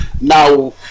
now